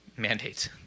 mandates